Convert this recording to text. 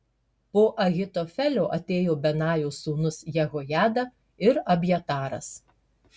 po ahitofelio atėjo benajo sūnus jehojada ir abjataras